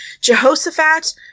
Jehoshaphat